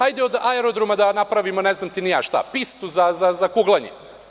Hajde od aerodroma da napravimo ne znam ni ja šta, pistu za kuglanje.